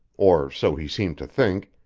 or so he seemed to think,